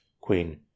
queen